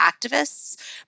activists